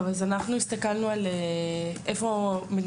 אני ממרכז המחקר והמידע של הכנסת,